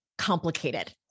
complicated